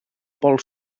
pol